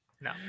No